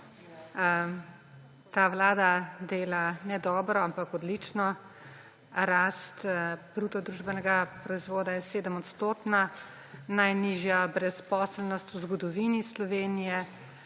Ta vlada dela ne dobro, ampak odlično. Rast bruto družbenega proizvoda je 7-odstotna, najnižja brezposelnost v zgodovini Slovenije,